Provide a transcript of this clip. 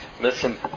listen